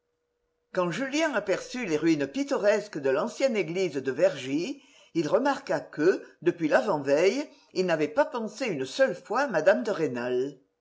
quand julien aperçut les ruines pittoresques de l'ancienne église de vergy il remarqua que depuis l'avant-veille il n'avait pas pensé une seule fois à mme de rênal